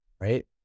Right